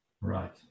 right